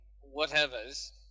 whatever's